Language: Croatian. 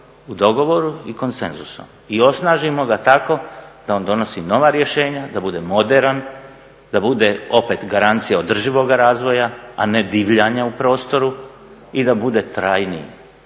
u dogovoru i konsenzusom i osnažimo ga tako da on donosi nova rješenja, da bude moderan, da bude opet garancija održivoga razvoja a ne divljanja u prostoru i da bude trajniji,